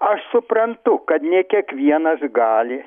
aš suprantu kad ne kiekvienas gali